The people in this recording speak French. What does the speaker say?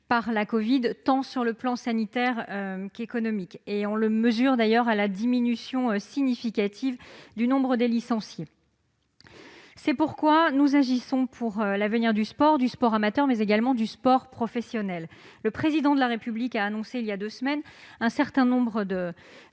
par la covid, sur le plan tant sanitaire qu'économique. On le mesure d'ailleurs à la diminution significative du nombre de licenciés. C'est pourquoi nous agissons pour l'avenir du sport, qu'il soit amateur ou professionnel. Le Président de la République a annoncé, il y a deux semaines, un certain nombre de